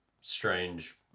strange